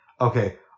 Okay